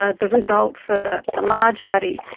ah the result for the the large study.